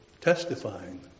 testifying